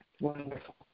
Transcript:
Wonderful